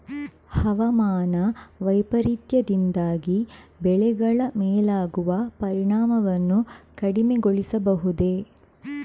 ಹವಾಮಾನ ವೈಪರೀತ್ಯದಿಂದಾಗಿ ಬೆಳೆಗಳ ಮೇಲಾಗುವ ಪರಿಣಾಮವನ್ನು ಕಡಿಮೆಗೊಳಿಸಬಹುದೇ?